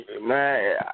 Man